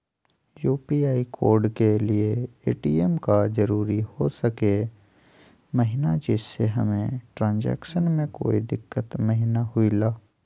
UPI code के लिए ATM का जरूरी हो सके महिना जिससे हमें ट्रांजैक्शन में कोई दिक्कत महिना हुई ला?